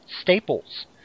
staples